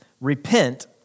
repent